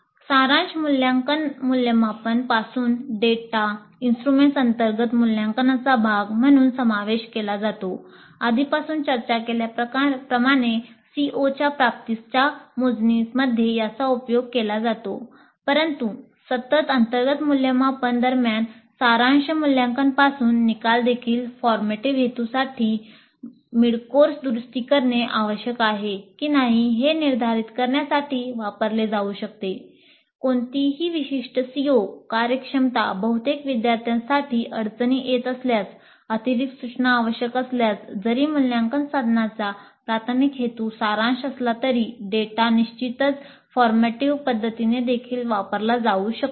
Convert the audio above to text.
सारांश मूल्यांकन आणि मूल्यमापन पद्धतीने देखील वापरला जाऊ शकतो